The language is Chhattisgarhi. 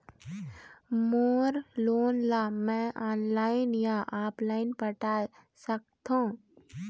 मोर लोन ला मैं ऑनलाइन या ऑफलाइन पटाए सकथों?